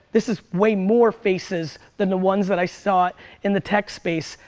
this is way more faces than the ones that i saw in the tech space,